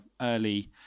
early